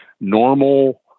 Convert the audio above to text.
normal